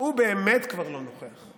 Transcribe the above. הוא באמת כבר לא נוכח.